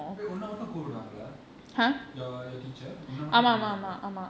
wait உன்னமட்டும்கூப்டுவாங்களா:unna mattum koopduvaankala your your teacher உன்னமட்டும்கூப்டுவாங்களா:unna mattum koopduvaankala